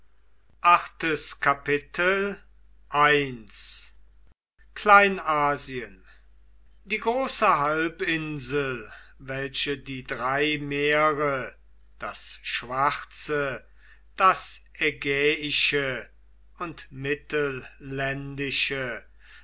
kleinasien die große halbinsel welche die drei meere das schwarze das ägäische und